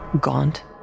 gaunt